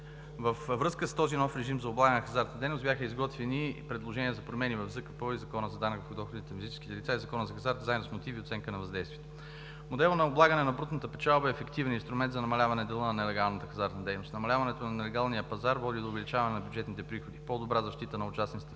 Във връзка с този нов режим за облагане на хазартната дейност, бяха изготвени предложения за промени в ЗКПО, в Закона за данък върху доходите на физическите лица и Закона за хазарта, заедно с мотиви и оценка на въздействие. Моделът на облагане на брутната печалба е ефективният инструмент за намаляване дела на нелегалната хазартна дейност. Намаляването на нелегалния пазар води до увеличаване на бюджетните приходи, по-добра защита на участниците